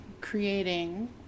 creating